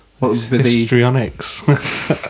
Histrionics